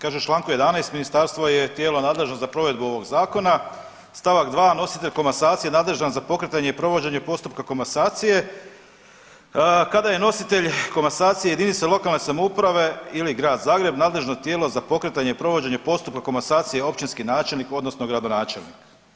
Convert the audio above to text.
Kaže u čl. 11. ministarstvo je tijelo nadležno za provedbu ovog zakona, st. 2. nositelj komasacije nadležan za pokretanje i provođenje postupka komasacije, kada je nositelj komasacije jedinica lokalne samouprave ili Grad Zagreb nadležno tijelo za pokretanje i provođenje postupaka komasacije općinski načelnik odnosno gradonačelnik.